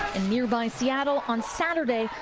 in nearby seattle on saturday,